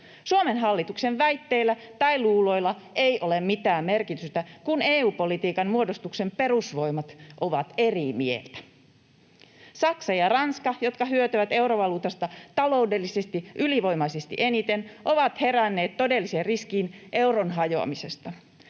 Suomen hallituksen väitteillä tai luuloilla ei ole mitään merkitystä, kun EU-politiikan muodostuksen perusvoimat ovat eri mieltä. Saksa ja Ranska, jotka hyötyvät eurovaluutasta taloudellisesti ylivoimaisesti eniten, ovat heränneet todelliseen riskiin euron hajoamisesta.